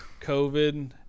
covid